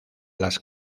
las